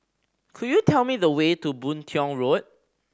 could you tell me the way to Boon Tiong Road